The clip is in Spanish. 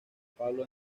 pablo